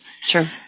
Sure